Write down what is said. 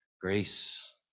grace